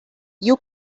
you